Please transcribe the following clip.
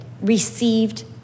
received